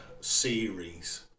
series